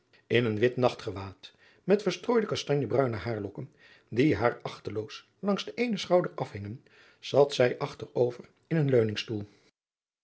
in een wit nachtgewaad met verstrooide kastanje bruine haarlokken die haar achteloos langs den eenen schouder afhingen zat zij achter over in een